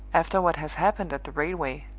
after what has happened at the railway,